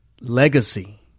legacy